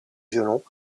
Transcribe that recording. violon